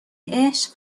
عشق